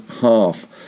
half